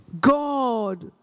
God